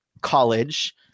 college